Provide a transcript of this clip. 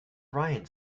ryan